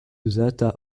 uzata